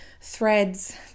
Threads